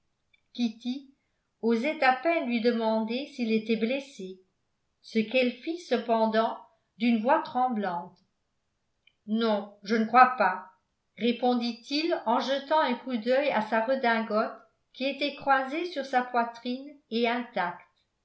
kitty osait à peine lui demander s'il était blessé ce qu'elle fit cependant d'une voix temblante non je ne crois pas répondit-il en jetant un coup d'œil à sa redingote qui était croisée sur sa poitrine et intacte